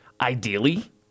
ideally